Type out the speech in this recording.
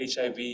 HIV